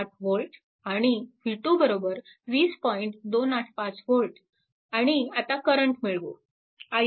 285V आणि आता current मिळवू